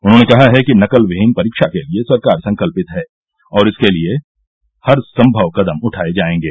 उन्होंने कहा है कि नकल विहीन परीक्षा के लिए सरकार संकल्पित है और इसके लिए हर संभव कदम उठाए जाएंगे